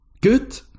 good